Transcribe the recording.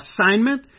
assignment